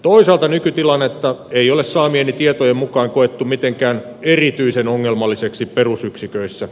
toisaalta nykytilannetta ei ole saamieni tietojen mukaan koettu mitenkään erityisen ongelmalliseksi perusyksiköissä